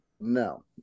no